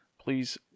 please